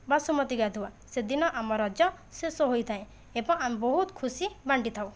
ବସୁମତୀ ଗାଧୁଆ ସେଦିନ ଆମ ରଜ ଶେଷ ହୋଇଥାଏ ଏବଂ ଆମେ ବହୁତ ଖୁସି ବାଣ୍ଟି ଥାଉ